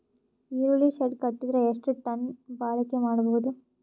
ಈರುಳ್ಳಿ ಶೆಡ್ ಕಟ್ಟಿದರ ಎಷ್ಟು ಟನ್ ಬಾಳಿಕೆ ಮಾಡಬಹುದು?